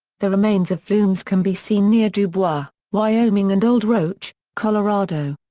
the remains of flumes can be seen near dubois, wyoming and old roach, colorado.